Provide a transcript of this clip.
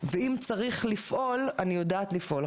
ואם צריך לפעול אני יודעת לפעול.